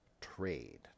trade